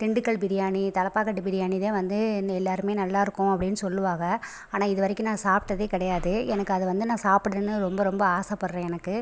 திண்டுக்கல் பிரியாணி தலப்பாக்கட்டு பிரியாணி தான் வந்து எல்லாருமே நல்லாருக்கும் அப்படின்னு சொல்லுவாங்க ஆனால் இதுவரைக்கும் நான் சாப்பிட்டதே கிடையாது எனக்கு அத வந்து நான் சாப்பிடணுன்னு ரொம்ப ரொம்ப ஆசைப்படறேன் எனக்கு